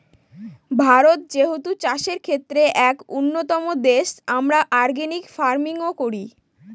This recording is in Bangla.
ভারত যেহেতু চাষের ক্ষেত্রে এক উন্নতম দেশ, আমরা অর্গানিক ফার্মিং ও করি